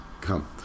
come